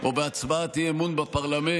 אתם רבים